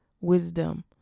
wisdom